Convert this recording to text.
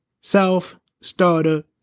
self-starter